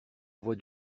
voix